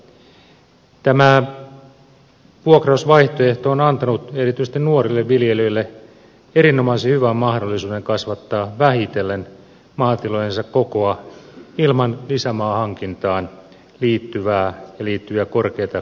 tämä vuokrausvaihtoehto on antanut erityisesti nuorille viljelijöille erinomaisen hyvän mahdollisuuden kasvattaa vähitellen maatilojensa kokoa ilman lisämaan hankintaan liittyviä korkeita kustannuksia